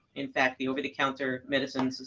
in fact, the over-the-counter medicine